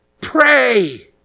pray